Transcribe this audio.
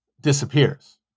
disappears